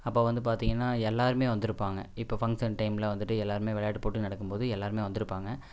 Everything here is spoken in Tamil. அப்போ வந்து பார்த்தீங்கனா எல்லோருமே வந்துருப்பாங்க இப்போ ஃபங்க்ஷன் டைமில் வந்துட்டு எல்லோருமே விளையாட்டு போட்டி நடக்கும் போது எல்லோருமே வந்துருப்பாங்க